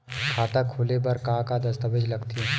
खाता खोले बर का का दस्तावेज लगथे?